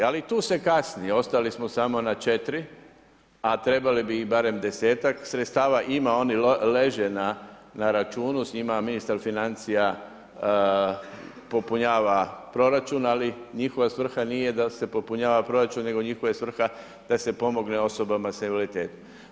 Ali i tu se kasnije, ostali smo samo na 4, a trebali bi ih barem 10-ak sredstava, ima oni leže na računu, s njima ministar financija popunjava proračun, ali njihova svrha nije da se popunjava proračun, nego njihova je svrha da se pomogne osobama sa invaliditetom.